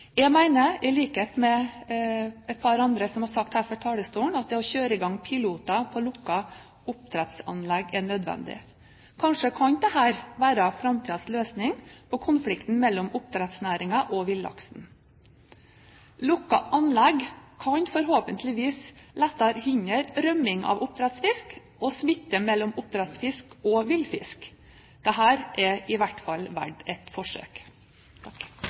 Jeg mener, i likhet med et par andre som har sagt det her fra talerstolen, at det å kjøre i gang piloter på lukkede oppdrettsanlegg er nødvendig. Kanskje kan dette være framtidens løsning på konfliktene mellom oppdrettsnæringen og villaksen. Lukkede anlegg kan forhåpentligvis lettere hindre rømming av oppdrettsfisk og smitte mellom oppdrettsfisk og villfisk. Det er i hvert fall verdt et forsøk.